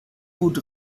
food